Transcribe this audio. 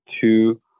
Two